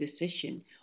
decision